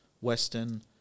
Western